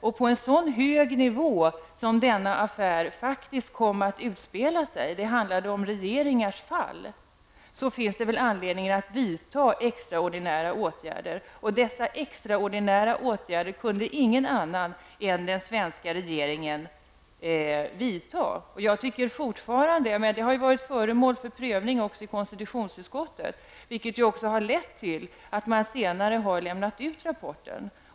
Affären kom att utspelas på så hög nivå -- det handlar om regeringars fall -- att det finns all anledning att vidta extraordinära åtgärder. Dessa extraordinära åtgärder kunde ingen annan än den svenska regeringen vidta. Det här har varit föremål för prövning i konstitutionsutskottet vilket har lett till att regeringen senare har lämnat ut rapporten.